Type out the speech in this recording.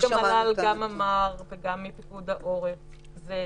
גם נציג המל"ל וגם נציג פיקוד העורף אמרו שזה